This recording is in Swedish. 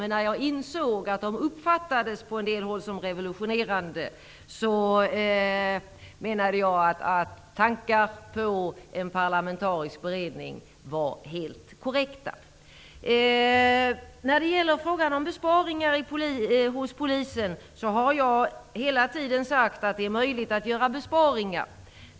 När jag insåg att de på en del håll uppfattades som revolutionerande menade jag att tankar på en parlamentarisk beredning var helt korrekta. Jag har hela tiden sagt att det är möjligt att göra besparingar inom Polisen.